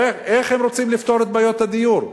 איך הם רוצים לפתור את בעיות הדיור?